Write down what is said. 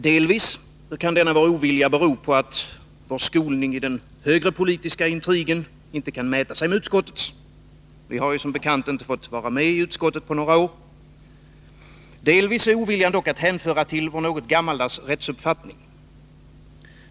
Delvis kan denna vår ovilja bero på att vår skolning i den högre politiska intrigen inte kan mäta sig med utskottets — vi har som bekant inte fått vara med i utskottet på några år. Delvis är oviljan dock att hänföra till vår något gammaldags rättsuppfattning.